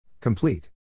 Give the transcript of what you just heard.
Complete